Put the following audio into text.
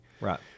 Right